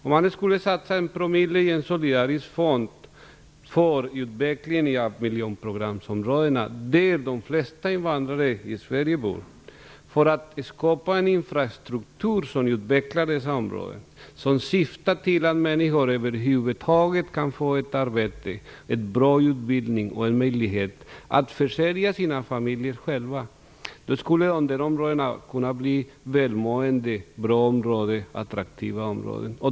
Om man nu skulle avsätta en promille av bruttonationalprodukten i en solidarisk fond för utveckling av miljonprogramsområdena - där de flesta invandrare i Sverige bor - för att skapa en infrastruktur som syftar till att människor över huvud taget kan få ett arbete, en bra utbildning och en möjlighet att försörja sina familjer själva, då skulle dessa områden kunna bli välmående och attraktiva områden.